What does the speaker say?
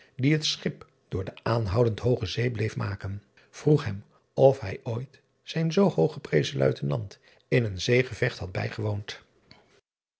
die het schip door de aanhoudend hooge zee bleef maken vroeg hem of hij ooit zijn zoo hoog geprezen uitenant in een zeegevecht had bijgewoond